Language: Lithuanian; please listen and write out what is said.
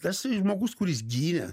tas žmogus kuris gynė